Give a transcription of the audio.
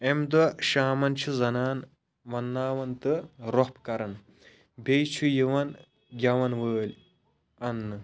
اَمہِ دۄہ شامَن چھِ زنان ونناوان تہٕ رۄف کران بیٚیہِ چھ یوان گیٚوَن وٲلۍ اَننہٕ